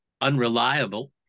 unreliable